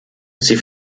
sie